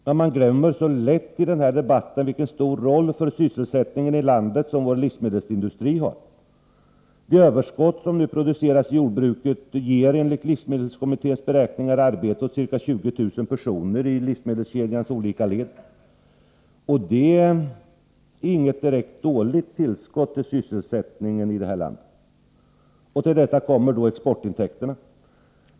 Men man glömmer så lätt i den här debatten vilken stor roll för sysselsättningen i landet som vår livsmedelsindustri har. De överskott som nu produceras i jordbruket ger enligt livsmedelskommitténs beräkningar arbete åt 20000 personer i livsmedelskedjans olika led. Det är inget direkt dåligt tillskott till sysselsättningen här i landet. Till detta kommer exportintäkterna.